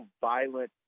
violent